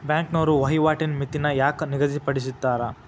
ಬ್ಯಾಂಕ್ನೋರ ವಹಿವಾಟಿನ್ ಮಿತಿನ ಯಾಕ್ ನಿಗದಿಪಡಿಸ್ತಾರ